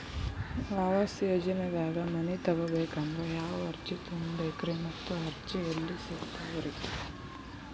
ಆವಾಸ ಯೋಜನೆದಾಗ ಮನಿ ತೊಗೋಬೇಕಂದ್ರ ಯಾವ ಅರ್ಜಿ ತುಂಬೇಕ್ರಿ ಮತ್ತ ಅರ್ಜಿ ಎಲ್ಲಿ ಸಿಗತಾವ್ರಿ?